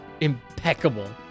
impeccable